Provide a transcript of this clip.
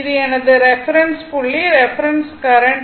இது எனது ரெஃபரென்ஸ் புள்ளி ரெஃபரென்ஸ் கரண்ட்